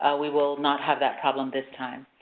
we will not have that problem this time.